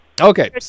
okay